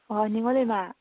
ꯑꯣꯍꯣ ꯅꯤꯉꯣꯜꯂꯩꯃ